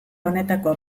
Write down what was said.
honetako